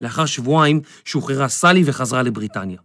‫לאחר שבועיים שוחררה סלי ‫וחזרה לבריטניה.